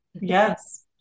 Yes